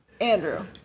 Andrew